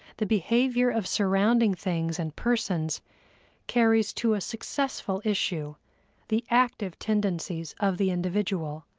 the behavior of surrounding things and persons carries to a successful issue the active tendencies of the individual,